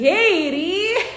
Katie